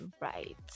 right